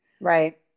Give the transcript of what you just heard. Right